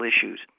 issues